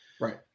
Right